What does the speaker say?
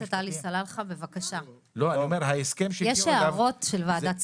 יש הערות של ועדת שרים.